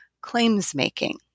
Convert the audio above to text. claims-making